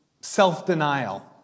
self-denial